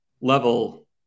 level